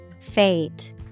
Fate